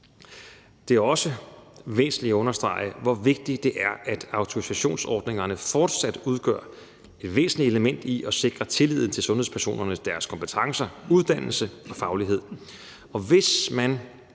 Det er også væsentligt at understrege, hvor vigtigt det er, at autorisationsordningerne fortsat udgør et væsentligt element i at sikre tilliden til sundhedspersonerne og deres kompetencer, uddannelse og faglighed,